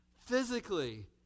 Physically